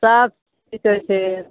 सब चीज बिकैत छै